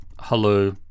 hello